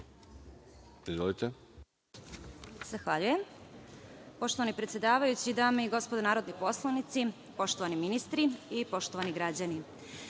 Stojanović** Zahvaljujem. Poštovani predsedavajući, dame i gospodo narodni poslanici, poštovani ministri i poštovani građani,